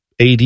AD